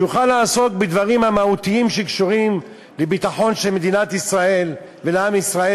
שיוכל לעסוק בדברים המהותיים שקשורים לביטחון של מדינת ישראל ועם ישראל,